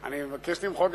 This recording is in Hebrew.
היא עושה בתחום הזה עבודה